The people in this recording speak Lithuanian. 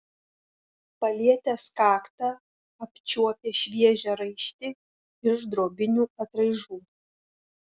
palietęs kaktą apčiuopė šviežią raištį iš drobinių atraižų